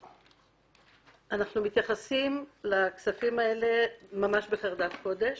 אנחנו מתייחסים לכספים האלה ממש בחרדת קודש